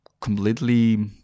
completely